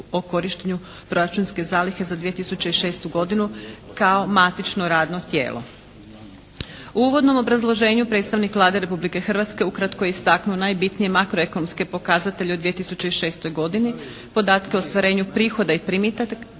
o korištenju proračunske zalihe za 2006. godinu kao matično radno tijelo. U uvodnom obrazloženju predstavnik Vlade Republike Hrvatske ukratko je istaknuo najbitnije makroekonomske pokazatelje u 2006. godini, podatke o ostvarenju prihoda i primitaka